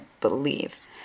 believe